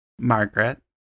Margaret